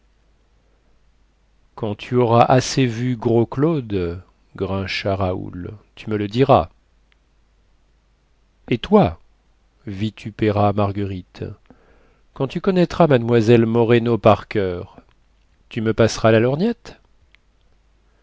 quand tu auras assez vu grosclaude grincha raoul tu me le diras et toi vitupéra marguerite quand tu connaîtras mlle moreno par coeur tu me passeras la lorgnette